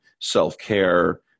self-care